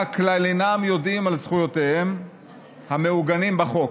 כלל אינם יודעים על זכויותיהם המעוגנות בחוק.